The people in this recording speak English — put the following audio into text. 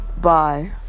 Bye